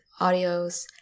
audios